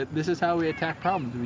this is how we attack problems,